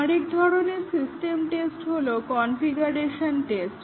আরেক ধরনের system test হলো কনফিগারেশন টেস্টিং